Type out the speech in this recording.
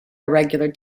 irregular